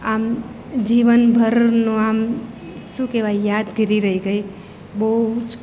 આમ જીવનભરનું આમ શું કહેવાય યાદગીરી રહી ગઈ બહુ જ